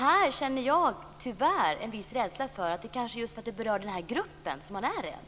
Här känner jag tyvärr en viss rädsla för att det kanske är just för att det berör denna grupp som man är rädd.